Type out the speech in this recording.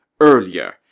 earlier